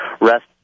rest